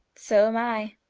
so am i,